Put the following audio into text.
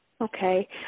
Okay